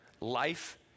Life